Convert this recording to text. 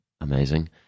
Amazing